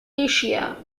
asia